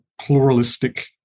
pluralistic